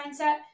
mindset